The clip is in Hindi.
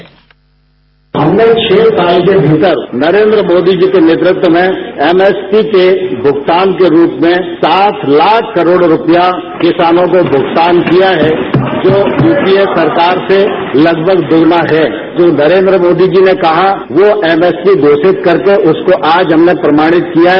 बाईट हमने छह साल के भीतर नरेन्द्र मोदी जी के नेतृत्व में एमएसपी के भुगतान के रूप में सात लाख करोड़ रुपया किसानों को भुगतान किया है जो यूपीए सरकार से लगभग दोगुना है जो नरेन्द्र मोदी जी ने कहा वो एमएसपी घोषित करके उसको आज हमने प्रमाणित किया है